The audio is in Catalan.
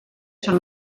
són